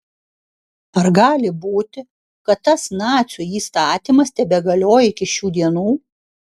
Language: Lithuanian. ar gali būti kad tas nacių įstatymas tebegalioja iki šių dienų